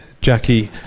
Jackie